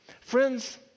Friends